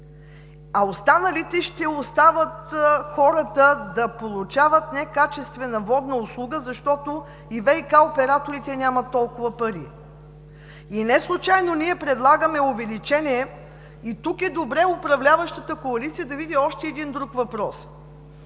в останалите хората ще останат да получават некачествена водна услуга, защото и ВиК операторите нямат толкова пари. Неслучайно ние предлагаме увеличение и тук е добре управляващата коалиция да види още един въпрос